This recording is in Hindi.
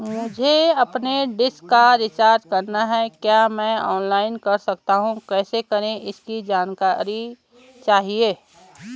मुझे अपनी डिश का रिचार्ज करना है क्या मैं ऑनलाइन कर सकता हूँ कैसे करें इसकी जानकारी चाहिए?